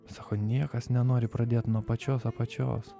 sako niekas nenori pradėt nuo pačios apačios